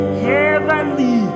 heavenly